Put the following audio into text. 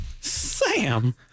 Sam